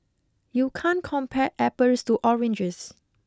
you can't compare apples to oranges